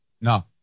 No